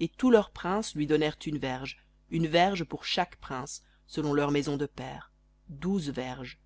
et tous leurs princes lui donnèrent une verge une verge pour chaque prince selon leurs maisons de pères douze verges